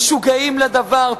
משוגעים לדבר,